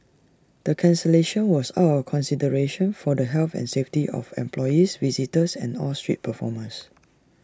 the cancellation was out of consideration for the health and safety of employees visitors and all street performers